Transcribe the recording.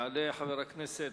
יעלה חבר הכנסת,